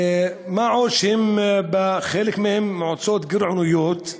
מה עוד שחלק מהן בגירעונות,